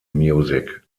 music